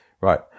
Right